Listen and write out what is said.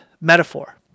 metaphor